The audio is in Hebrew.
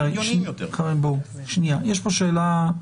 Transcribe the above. יש פה שאלה,